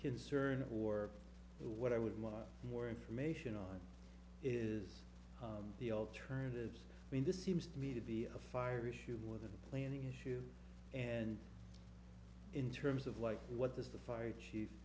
concern or what i would want more information on is the alternatives i mean this seems to me to be a fire issue with the planning issue and in terms of like what does the fire chief